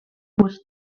was